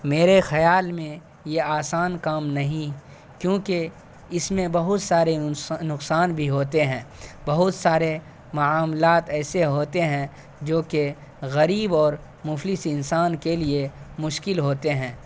میرے خیال میں یہ آسان کام نہیں کیونکہ اس میں بہت سارے نقصان بھی ہوتے ہیں بہت سارے معاملات ایسے ہوتے ہیں جوکہ غریب اور مفلس انسان کے لیے مشکل ہوتے ہیں